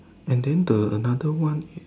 and then the another one